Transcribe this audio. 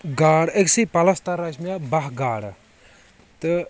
گاڈ أکسٕے پلس تَل رَچہِ مےٚ بہہ گاڈٕ تہٕ